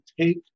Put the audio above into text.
take